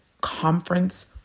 conference